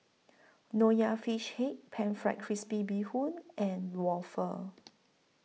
Nonya Fish Head Pan Fried Crispy Bee Hoon and Waffle